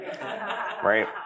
right